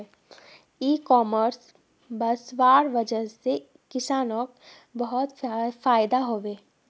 इ कॉमर्स वस्वार वजह से किसानक बहुत फायदा हबे